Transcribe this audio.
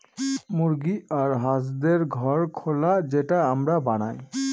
মুরগি আর হাঁসদের ঘর খোলা যেটা আমরা বানায়